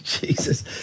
Jesus